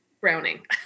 browning